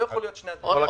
לא יכול להיות שני הדברים.